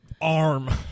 arm